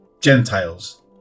Gentiles